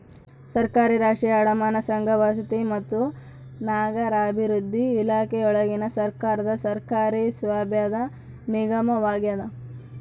ಸರ್ಕಾರಿ ರಾಷ್ಟ್ರೀಯ ಅಡಮಾನ ಸಂಘ ವಸತಿ ಮತ್ತು ನಗರಾಭಿವೃದ್ಧಿ ಇಲಾಖೆಯೊಳಗಿನ ಸರ್ಕಾರದ ಸರ್ಕಾರಿ ಸ್ವಾಮ್ಯದ ನಿಗಮವಾಗ್ಯದ